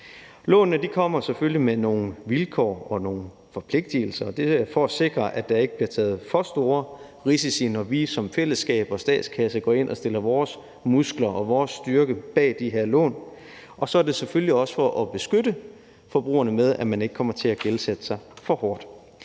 Lånene bliver selvfølgelig med nogle vilkår og nogle forpligtelser, og det er for at sikre, at der ikke bliver taget for store risici, når vi som fællesskab og statskasse går ind og stiller vores muskler og vores styrke bag de her lån. Og så er det selvfølgelig også for at beskytte forbrugerne mod, at de kommer til at gældsætte sig for hårdt.